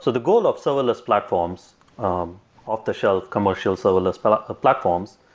so the goal of serverless platforms um off the shelf, commercial serverless but platforms,